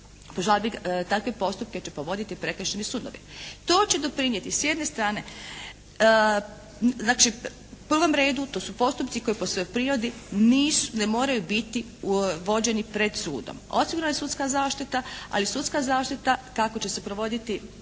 po žalbi takve postupke će provoditi Prekršajni sudovi. To će doprinijeti s jedne strane znači u prvom redu to su postupci koji po svojoj prirodi nisu, ne moraju biti vođeni pred sudom. Osigurana je sudska zaštita ali sudska zaštita kako će se provoditi